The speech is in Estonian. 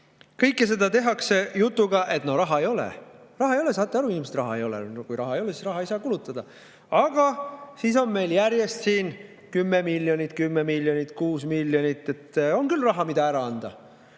Kõike seda tehakse jutuga, et no raha ei ole, raha ei ole, saate aru, inimesed, raha ei ole! No kui raha ei ole, siis raha ei saa kulutada. Aga siis on meil siin järjest 10 miljonit, 10 miljonit, 6 miljonit. On küll raha, mida ära anda.